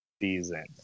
season